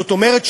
זאת אומרת,